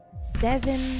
seven